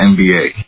NBA